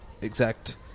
exact